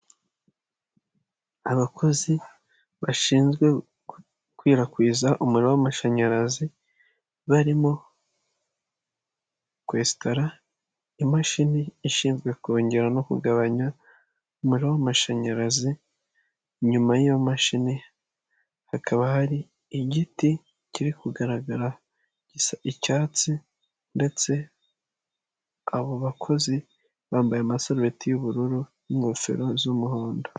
Abakozi bashinzwe gukwirakwiza umuriro w'amashanyarazi barimo kwesitara imashini ishinzwe kongera no kugabanya umuriro w'amashanyarazi, inyuma yiyo mashini hakaba hari igiti kiri kugaragara gisa icyatsi, ndetse abo bakozi bambaye amasarubeti y'ubururu n'ingofero z'umuhondo.